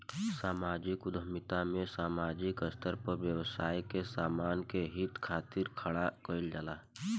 सामाजिक उद्यमिता में सामाजिक स्तर पर व्यवसाय के समाज के हित खातिर खड़ा कईल जाला